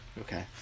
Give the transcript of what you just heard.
Okay